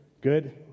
Good